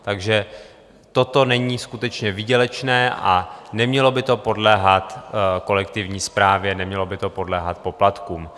Takže toto není skutečně výdělečné a nemělo by to podléhat kolektivní správě, nemělo by to podléhat poplatkům.